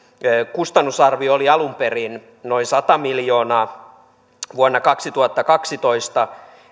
kustannusarvio oli alun perin noin sata miljoonaa vuonna kaksituhattakaksitoista